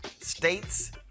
state's